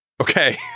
Okay